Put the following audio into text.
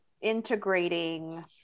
integrating